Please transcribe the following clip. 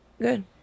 Good